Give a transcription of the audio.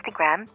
Instagram